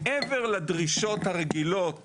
מעבר לדרישות הרגילות